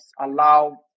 allow